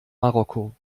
marokko